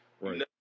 Right